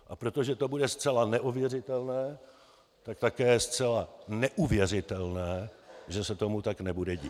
A protože to bude zcela neověřitelné, tak také zcela neuvěřitelné, že se tomu tak nebude dít.